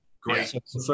Great